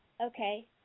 Okay